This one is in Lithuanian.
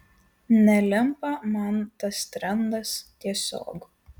nelimpa man tas trendas tiesiog